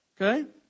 okay